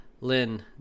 Lynn